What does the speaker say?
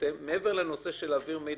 מעבר לנושא של העברת מידעים,